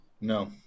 no